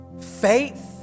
Faith